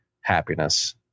happiness